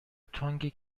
تنگ